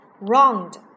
round